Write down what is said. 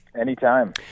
anytime